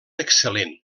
excel·lent